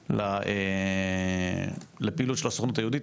כסף לפעילות של הסוכנות היהודית,